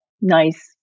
nice